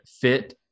fit